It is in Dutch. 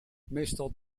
meestal